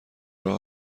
راه